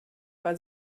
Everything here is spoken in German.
war